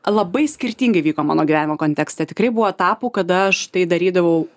labai skirtingai vyko mano gyvenimo kontekste tikrai buvo etapų kada aš tai darydavau